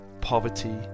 poverty